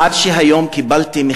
עד שקיבלתי,